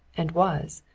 and was.